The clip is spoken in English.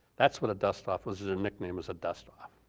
that's what a dust off was, as a nickname was a dustoff.